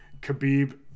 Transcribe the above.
Khabib